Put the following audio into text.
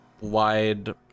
wide